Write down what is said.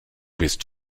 bist